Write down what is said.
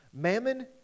Mammon